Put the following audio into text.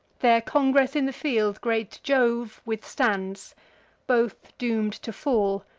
their congress in the field great jove withstands both doom'd to fall,